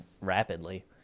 rapidly